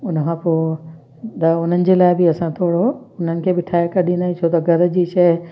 उन खां पोइ त उन्हनि जे लाइ बि असां थोरो उन्हनि खे बि ठाहे करे ॾींदा आहियूं छो त घर जी शइ